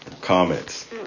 comments